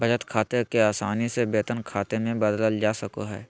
बचत खाते के आसानी से वेतन खाते मे बदलल जा सको हय